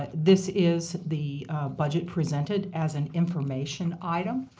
this is the budget presented as an information item.